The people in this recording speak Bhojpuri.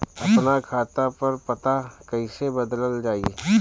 आपन खाता पर पता कईसे बदलल जाई?